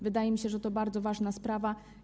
Wydaje mi się, że to bardzo ważna sprawa.